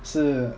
是